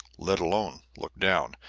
let alone looking down,